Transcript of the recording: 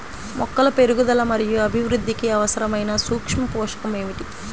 మొక్కల పెరుగుదల మరియు అభివృద్ధికి అవసరమైన సూక్ష్మ పోషకం ఏమిటి?